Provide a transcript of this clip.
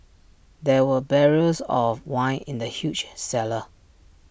there were barrels of wine in the huge cellar